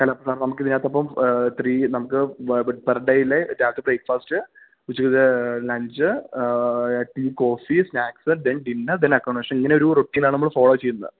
അല്ല അപ്പോള് സർ നമുക്ക് ഇതിനകത്തപ്പം ത്രീ നമുക്ക് പെർ ഡെയില് രാവിലത്തെ ബ്രേക്ക്ഫാസ്റ്റ് ഉച്ചക്കത്തെ lunch tea coffee snacks then dinner then accommodation ഇങ്ങനെയൊരു റൊട്ടീനാണ് നമ്മൾ ഫോളോ ചെയ്യുന്നത്